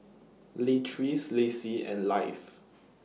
Leatrice Laci and Leif